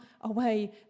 away